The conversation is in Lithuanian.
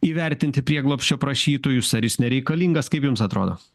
įvertinti prieglobsčio prašytojus ar jis nereikalingas kaip jums atrodo